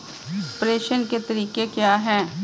प्रेषण के तरीके क्या हैं?